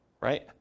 right